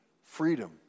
Freedom